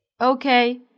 Okay